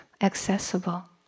accessible